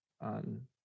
on